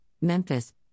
Memphis